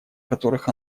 которых